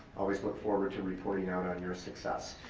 always look forward to reporting out on your success.